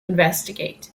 investigate